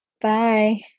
Bye